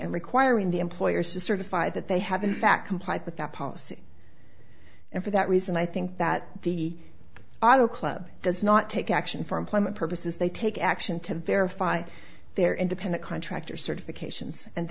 and requiring the employers to certify that they have in fact complied with that policy and for that reason i think that the auto club does not take action for employment purposes they take action to verify their independent contractor certifications and